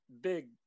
big